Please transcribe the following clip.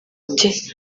ati